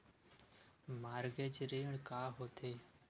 Mortgage ऋण का होथे?